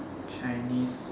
chinese